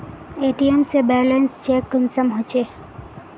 ATM से balance check कुंसम होचे?